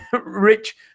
Rich